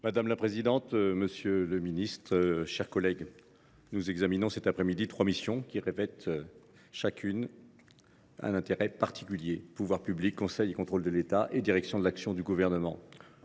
Madame la présidente, monsieur le ministre, mes chers collègues, nous examinons cet après midi trois missions qui revêtent chacune un intérêt particulier :« Pouvoirs publics »,« Conseil et contrôle de l’État » et « Direction de l’action du Gouvernement